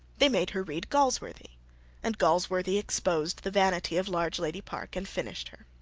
they made her read galsworthy and galsworthy exposed the vanity of largelady park and finished her.